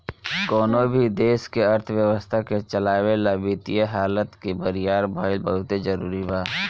कवनो भी देश के अर्थव्यवस्था के चलावे ला वित्तीय हालत के बरियार भईल बहुते जरूरी बा